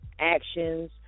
actions